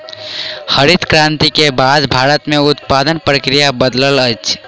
हरित क्रांति के बाद भारत में उत्पादन प्रक्रिया बदलल अछि